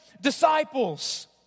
disciples